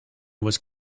was